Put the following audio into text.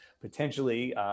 potentially